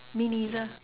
me neither